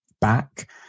back